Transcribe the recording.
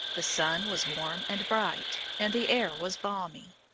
the sun was warm and bright, and the air was balmy.